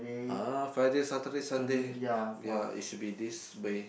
ah Friday Saturday Sunday ya it should be this way